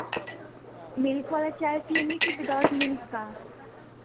milk वाला चाय पिएँगे की विदाउट मिल्क का